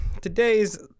today's